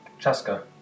Cheska